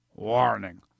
Warning